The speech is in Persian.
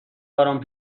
برام